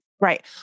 Right